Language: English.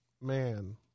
Man